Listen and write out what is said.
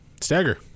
Stagger